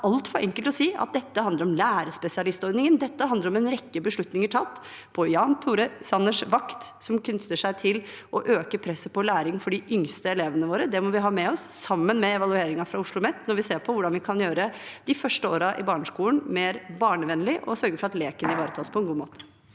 det er altfor enkelt å si at dette handler om lærerspesialistordningen. Dette handler om en rekke beslutninger, tatt på Jan Tore Sanners vakt, som knytter seg til å øke presset på læring for de yngste elevene våre. Det må vi ha med oss – sammen med evalueringen fra Oslomet – når vi ser på hvordan vi kan gjøre de første årene i barneskolen mer barnevennlig og sørge for at leken ivaretas på en god måte.